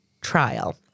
trial